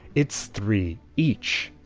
it's three each.